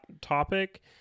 topic